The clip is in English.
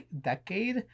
decade